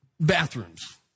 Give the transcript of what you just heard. bathrooms